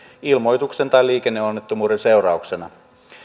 ilmoituksen tai liikenneonnettomuuden seurauksena